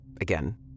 Again